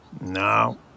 No